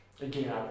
Again